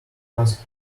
nothing